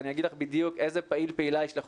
אני אגיד לך בדיוק איזה פעיל/פעילה ישלחו